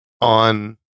on